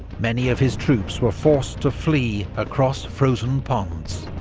many of his troops were forced to flee across frozen ponds.